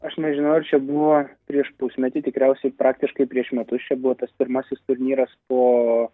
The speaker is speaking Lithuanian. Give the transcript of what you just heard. aš nežinau ar čia buvo prieš pusmetį tikriausiai praktiškai prieš metus čia buvo tas pirmasis turnyras po